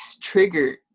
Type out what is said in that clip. triggered